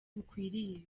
bukwiriye